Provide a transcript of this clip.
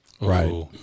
Right